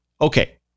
Okay